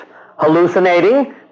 hallucinating